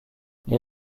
les